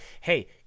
Hey